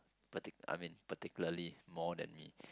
particu~ I mean particularly more than me